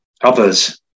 others